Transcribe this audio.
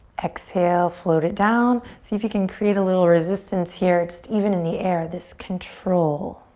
exhale, float it down. see if you can create a little resistance here. just even in the air, this control.